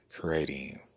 Creating